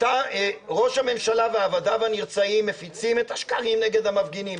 ראש הממשלה ועבדיו הנרצעים מפיצים את השקרים נגד המפגינים,